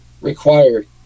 required